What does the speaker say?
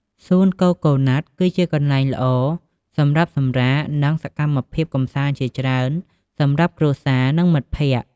សួនកូកូណាត់គឺជាកន្លែងល្អសម្រាប់សម្រាក និង មានសកម្មភាពកម្សាន្តជាច្រើនសម្រាប់គ្រួសារ មិត្តភក្តិ។